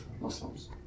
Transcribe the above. Muslims